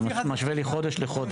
אתה משווה לי חודש לחודש.